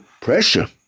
pressure